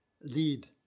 lead